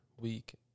week